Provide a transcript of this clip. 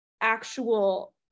actual